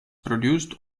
produced